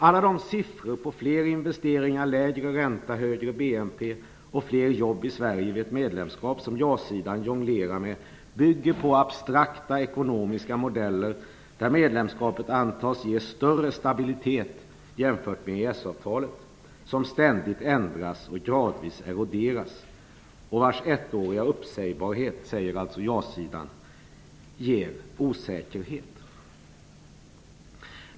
Alla de siffror på fler investeringar, lägre ränta, högre BNP och fler jobb i Sverige vid ett medlemskap som ja-sidan jonglerar med bygger på abstrakta ekonomiska modeller. Medlemskapet antas ge en större stabilitet jämfört med EES-avtalet, som ständigt ändras, gradvis eroderas och vars ettåriga uppsägningstid skapar osäkerhet. Det säger alltså jasidan.